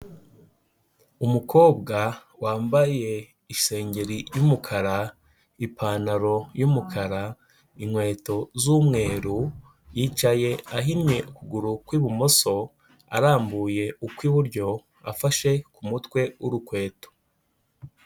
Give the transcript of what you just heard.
Umukobwa wambaye isengeri y'umukara, ipantaro y'umukara, inkweto z'umweru, yicaye ahinnye ukuguru kw'ibumoso, arambuye ukw'iburyo, afashe ku mutwe w'urukweto.